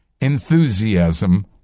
enthusiasm